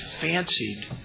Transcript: fancied